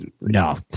no